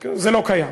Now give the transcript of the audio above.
זה לא קיים.